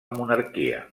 monarquia